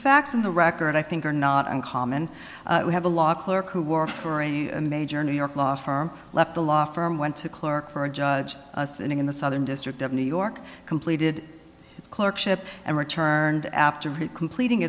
facts in the record i think are not uncommon we have a law clerk who works for a major new york law firm left a law firm went to clerk for a judge sitting in the southern district of new york completed its clerkship and returned after completing